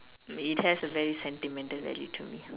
it has a very sentimental value to me